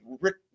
Rick